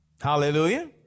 Hallelujah